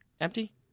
Empty